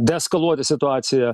deeskaluoti situaciją